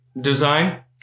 design